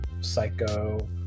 Psycho